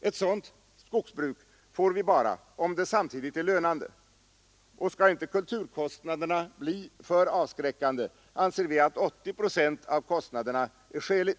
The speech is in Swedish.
Ett sådant skogsbruk får vi bara om det samtidigt är lönande. För att inte kulturkostnaderna skall bli för avskräckande är det, anser vi, skäligt med en 80-procentig täckning av dem.